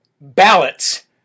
ballots